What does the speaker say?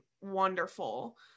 wonderful